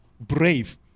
brave